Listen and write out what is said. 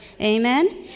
Amen